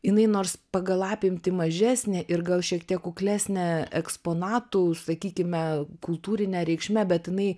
jinai nors pagal apimtį mažesnė ir gal šiek tiek kuklesnė eksponatų sakykime kultūrine reikšme bet jinai